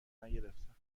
نگرفتم